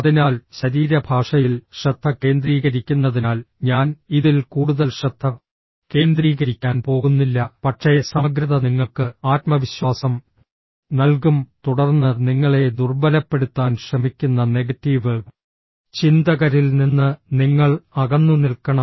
അതിനാൽ ശരീരഭാഷയിൽ ശ്രദ്ധ കേന്ദ്രീകരിക്കുന്നതിനാൽ ഞാൻ ഇതിൽ കൂടുതൽ ശ്രദ്ധ കേന്ദ്രീകരിക്കാൻ പോകുന്നില്ല പക്ഷേ സമഗ്രത നിങ്ങൾക്ക് ആത്മവിശ്വാസം നൽകും തുടർന്ന് നിങ്ങളെ ദുർബലപ്പെടുത്താൻ ശ്രമിക്കുന്ന നെഗറ്റീവ് ചിന്തകരിൽ നിന്ന് നിങ്ങൾ അകന്നുനിൽക്കണം